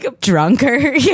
drunker